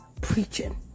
preaching